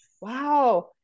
wow